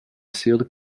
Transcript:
sealed